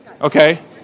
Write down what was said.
okay